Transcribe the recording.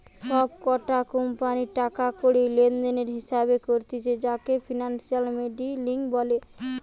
সব কটা কোম্পানির টাকা কড়ি লেনদেনের হিসেবে করতিছে যাকে ফিনান্সিয়াল মডেলিং বলে